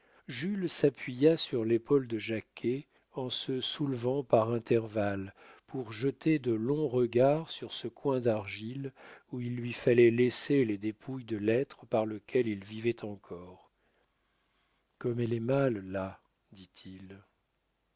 jules s'appuya sur l'épaule de jacquet en se soulevant par intervalles pour jeter de longs regards sur ce coin d'argile où il lui fallait laisser les dépouilles de l'être par lequel il vivait encore comme elle est mal là dit-il